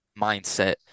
mindset